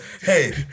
hey